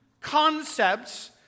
concepts